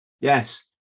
Yes